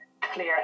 clear